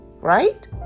right